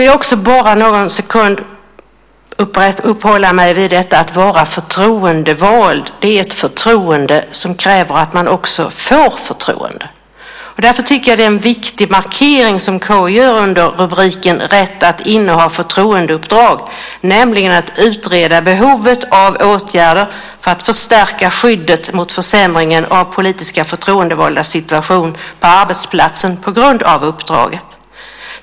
Jag vill också något uppehålla mig vid detta att vara förtroendevald. Det är ett förtroende som kräver att man också får förtroende. Därför tycker jag att det är en viktig markering som KU gör under rubriken Rätt att inneha förtroendeuppdrag, nämligen att utreda behovet av åtgärder för att förstärka skyddet mot försämringen av politiska förtroendevaldas situation på arbetsplatsen på grund av uppdraget.